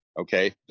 okay